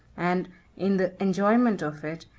and in the enjoyment of it,